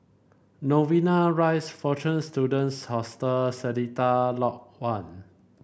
Novena Rise Fortune Students Hostel Seletar Lodge One